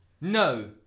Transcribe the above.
No